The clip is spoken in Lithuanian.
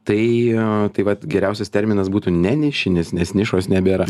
tai tai vat geriausias terminas būtų ne nišinis nes nišos nebėra